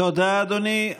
תודה, אדוני.